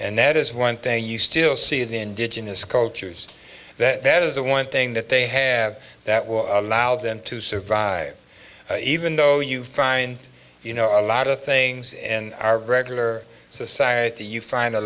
and that is one thing you still see the indigenous cultures that is the one thing that they have that will allow them to survive even though you find you know a lot of things in our regular society you find a